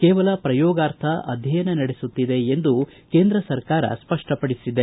ಕೇವಲ ಪ್ರಯೋಗಾರ್ಥವಾಗಿ ಅಧ್ಯಯನ ನಡೆಸುತ್ತಿದೆ ಎಂದು ಕೇಂದ್ರ ಸರ್ಕಾರ ಸ್ಪಷ್ಟಪಡಿಸಿದೆ